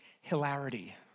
Hilarity